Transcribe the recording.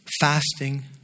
Fasting